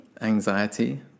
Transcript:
anxiety